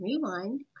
Rewind